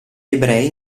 ebrei